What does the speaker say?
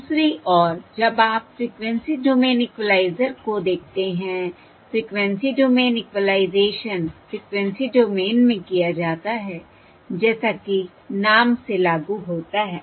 दूसरी ओर जब आप फ़्रीक्वेंसी डोमेन इक्वालाइज़र को देखते हैं frequency domain equalization frequency domain में किया जाता है जैसा कि नाम से लागू होता है